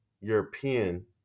European